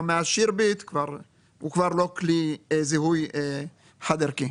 הוא כבר לא כלי זיהוי חד ערכי.